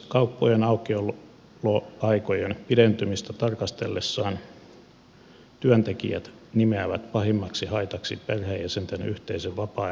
kauppojen aukioloaikojen pidentymistä tarkastellessaan työntekijät nimeävät pahimmaksi haitaksi perheenjäsenten yhteisen vapaa ajan vähenemisen